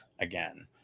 again